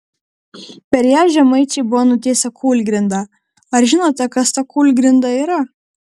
per ją žemaičiai buvo nutiesę kūlgrindą ar žinote kas ta kūlgrinda yra